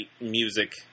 music